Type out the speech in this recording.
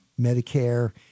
Medicare